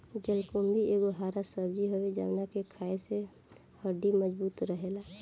जलकुम्भी एगो हरा सब्जी हवे जवना के खाए से हड्डी मबजूत रहेला